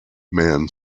man